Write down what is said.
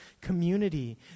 community